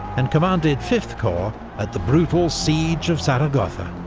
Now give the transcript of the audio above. and commanded fifth corps at the brutal siege of zaragoza.